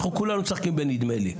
אנחנו כולנו משחקים בנדמה לי.